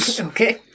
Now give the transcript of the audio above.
Okay